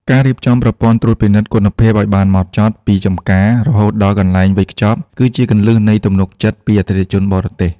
ការរៀបចំប្រព័ន្ធត្រួតពិនិត្យគុណភាពឱ្យបានហ្មត់ចត់ពីចម្ការរហូតដល់កន្លែងវេចខ្ចប់ គឺជាគន្លឹះនៃទំនុកចិត្តពីអតិថិជនបរទេស។